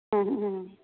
ਹੁੰ ਹੁੰ ਹੁੰ ਹੁੰ